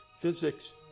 physics